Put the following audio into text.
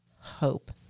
hope